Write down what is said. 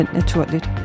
naturligt